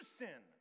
sin